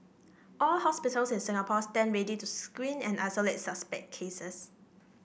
all hospitals in Singapore stand ready to screen and isolate suspect cases